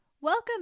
Welcome